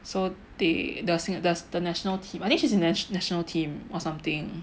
so they the Sing~ the the national team I think she is in national team or something